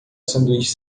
sanduíche